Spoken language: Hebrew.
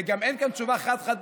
וגם אין כאן תשובה חד-חד-ערכית,